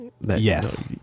Yes